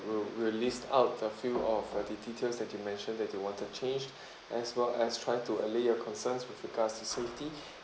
we'll we'll list out a few of uh the details that you mentioned that you wanted changed as well as try to allay your concerns with regards to safety